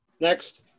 Next